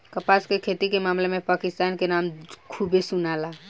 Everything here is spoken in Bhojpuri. कपास के खेती के मामला में पाकिस्तान के नाम खूबे सुनाला